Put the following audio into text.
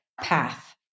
path